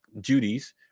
duties